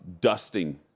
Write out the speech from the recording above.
dusting